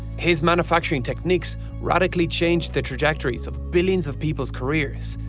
his manufacturing techniques radically changed the trajectories of billions of people's careers.